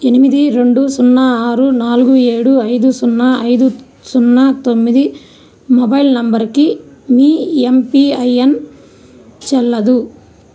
ఎనిమిది రెండు సున్నా ఆరు నాలుగు ఏడు ఐదు సున్నా ఐదు సున్నా తొమ్మిది మొబైల్ నంబరుకి మీ ఎంపీఐఎన్ చెల్లదు